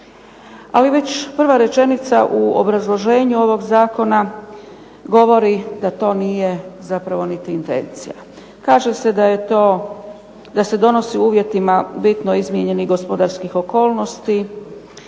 Ali već prva rečenica u obrazloženju ovog zakona govori da to nije zapravo niti intencija. Kaže se da se donosi u uvjetima bitno izmijenjenih gospodarskih okolnosti